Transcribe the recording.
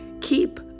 keep